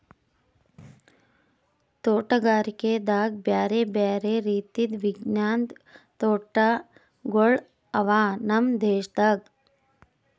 ತೋಟಗಾರಿಕೆದಾಗ್ ಬ್ಯಾರೆ ಬ್ಯಾರೆ ರೀತಿದು ವಿಜ್ಞಾನದ್ ತೋಟಗೊಳ್ ಅವಾ ನಮ್ ದೇಶದಾಗ್